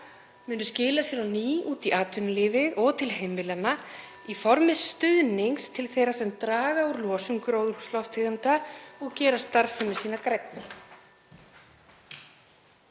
muni skila sér á ný út í atvinnulífið og til heimilanna í formi stuðnings til þeirra sem draga úr losun gróðurhúsalofttegunda og gera starfsemi sína grænni.